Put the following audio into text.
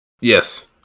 Yes